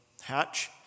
hatch